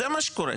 זה מה שקורה.